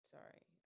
Sorry